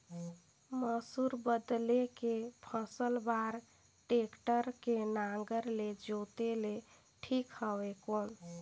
मसूर बदले के फसल बार टेक्टर के नागर ले जोते ले ठीक हवय कौन?